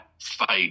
fight